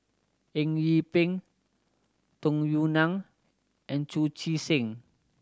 Eng Yee Peng Tung Yue Nang and Chu Chee Seng